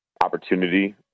opportunity